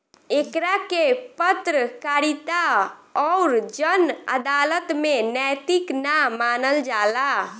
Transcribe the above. एकरा के पत्रकारिता अउर जन अदालत में नैतिक ना मानल जाला